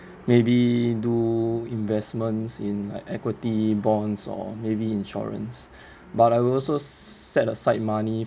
maybe do investments in like equity bonds or maybe insurance but I'll also set aside money